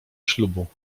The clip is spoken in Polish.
ślubu